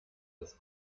des